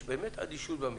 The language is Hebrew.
יש באמת אדישות במשרד.